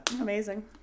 amazing